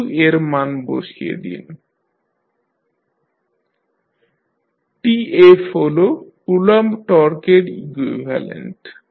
শুধু এর মান বসিয়ে দিন TtJ1ed21tdt2B1ed1tdtTF TF হল কুলম্ব টর্কের ইকুইভ্যালেন্ট